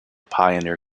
pioneer